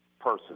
person